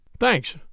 Thanks